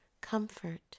comfort